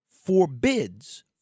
forbids